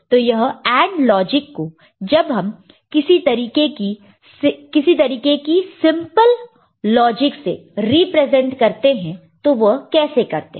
तो यह AND logic को जब हम किसी तरीके की सिंपल लॉजिक से रिप्रेजेंट करते हैं तो वह कैसे करते हैं